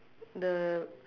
the